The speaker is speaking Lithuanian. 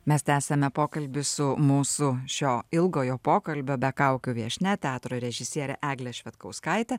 mes tęsiame pokalbį su mūsų šio ilgojo pokalbio be kaukių viešnia teatro režisiere egle švedkauskaite